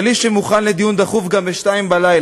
שליש שמוכן לדיון דחוף גם ב-02:00,